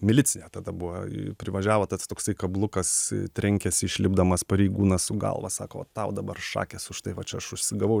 milicija tada buvo privažiavo tas toksai kablukas trenkėsi išlipdamas pareigūnas su galva sako o tau dabar šakės už tai va čia aš užsigavau